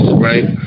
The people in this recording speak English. right